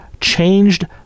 changed